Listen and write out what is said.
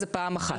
זה פעם אחת.